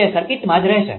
તે સર્કિટમાં જ રહેશે